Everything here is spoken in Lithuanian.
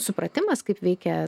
supratimas kaip veikia